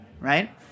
right